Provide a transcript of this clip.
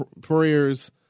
prayers